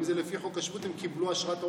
אם זה לפי חוק השבות, הם קיבלו אשרת עולה.